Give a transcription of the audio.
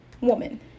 woman